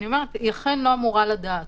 היא אכן לא אמורה לדעת.